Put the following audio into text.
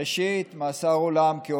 מאסר עולם קצוב,